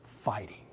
fighting